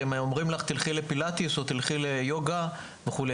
שהם אומרים לך תלכי לפילאטיס או ליוגה וכו',